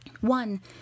One